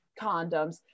condoms